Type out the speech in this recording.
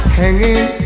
hanging